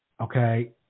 Okay